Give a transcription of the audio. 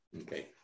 Okay